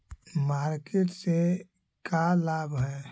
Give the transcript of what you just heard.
Market से का लाभ है?